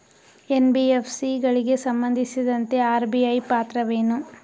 NBFC ಗಳಿಗೆ ಸಂಬಂಧಿಸಿದಂತೆ RBI ಪಾತ್ರವೇನು?